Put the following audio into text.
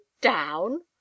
down